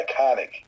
iconic